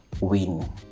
win